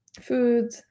food